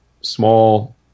small